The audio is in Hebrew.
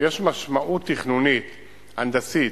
יש משמעות תכנונית הנדסית,